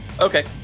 Okay